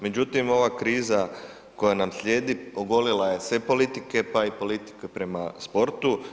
Međutim, ova kriza koja nam slijedi ogolila je sve politike, pa i politike prema sportu.